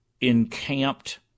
encamped